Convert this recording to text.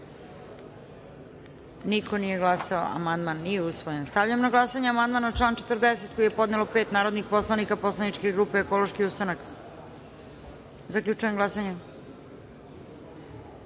niko nije glasao. Konstatujem da amandman nije prihvaćen. Stavljam na glasanje amandman na član 40. koji je podnelo pet narodnih poslanika poslaničke grupe Ekološki ustanak. Zaključujem glasanje: